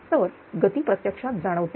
तर गती प्रत्यक्षात जाणवते